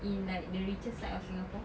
in like the richer side of Singapore